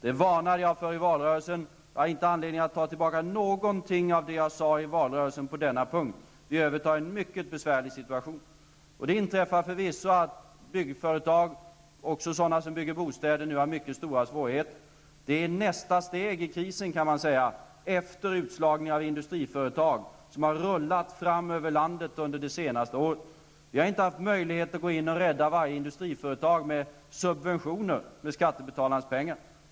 Det varnade jag för i valrörelsen. Jag har inte anledning att ta tillbaka någonting av det jag sade i valrörelsen på denna punkt. Regeringen övertar en mycket besvärlig situation. Det inträffar förvisso att byggföretag, även sådana som bygger bostäder, nu har mycket stora svårigheter. Det kan sägas vara nästa steg i krisen efter den utslagning av industriföretag som har rullat fram över landet under det senaste året. Vi har inte haft möjlighet att gå in och rädda varje industriföretag via subventioner med skattebetalarnas pengar.